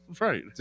Right